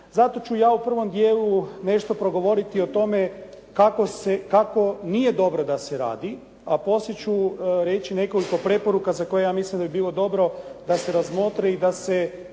Zato ću ja u prvom dijelu nešto progovoriti o tome kako nije dobro da se radi a poslije ću reći nekoliko preporuka za koje ja mislim da bi bilo dobro da se razmotre i da se